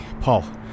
Paul